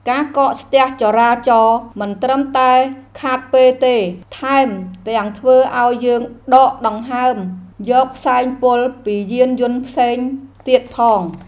ការកកស្ទះចរាចរណ៍មិនត្រឹមតែខាតពេលទេ ថែមទាំងធ្វើឱ្យយើងដកដង្ហើមយកផ្សែងពុលពីយានយន្តផ្សេងទៀតផង។